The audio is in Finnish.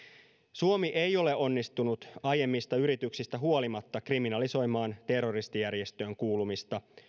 suomi ei ole onnistunut aiemmista yrityksistä huolimatta kriminalisoimaan terroristijärjestöön kuulumista